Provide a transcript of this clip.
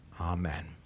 Amen